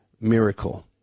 miracle